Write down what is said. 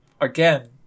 again